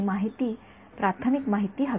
विद्यार्थीः आम्ही तंतोतंत छान प्रमेय करतो